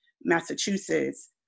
Massachusetts